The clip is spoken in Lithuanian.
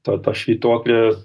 ta ta švytuoklės